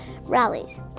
Rallies